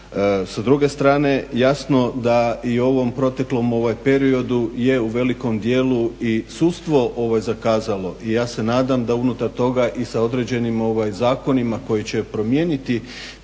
Sa druge strane jasno da u ovom proteklom periodu je u velikom dijelu i sudstvo zakazalo. I ja se nadam da unutar toga i sa određenim zakonima koji će promijeniti